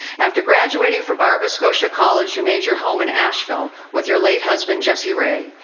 after graduating from barber scotia college, you made your home in asheville with your late husband, jesse ray.